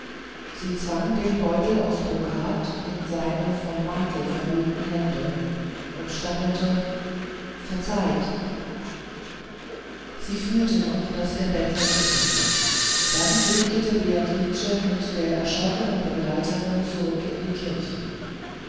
sie zwang den beutel aus brokat in seine vom mantel verhüllten hände und stammelte verzeiht sie fühlte noch daß der bettler zitterte dann flüchtete beatrice mit der erschrockenen begleiterin zurück in die kirche